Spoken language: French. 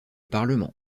parlement